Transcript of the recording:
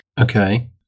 Okay